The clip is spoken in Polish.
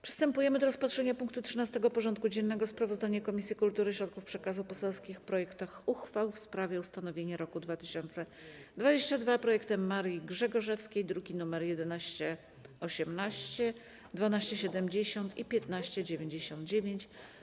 Przystępujemy do rozpatrzenia punktu 13. porządku dziennego: Sprawozdanie Komisji Kultury i Środków Przekazu o poselskich projektach uchwał w sprawie ustanowienia roku 2022 Rokiem Marii Grzegorzewskiej (druki nr 1118, 1270 i 1599)